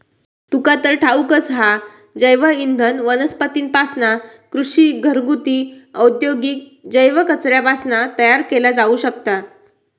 तुका तर ठाऊकच हा, जैवइंधन वनस्पतींपासना, कृषी, घरगुती, औद्योगिक जैव कचऱ्यापासना तयार केला जाऊ शकता